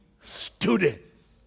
students